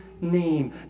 name